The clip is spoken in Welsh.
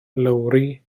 lowri